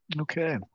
Okay